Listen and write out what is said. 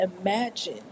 imagine